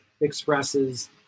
expresses